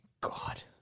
God